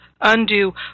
undo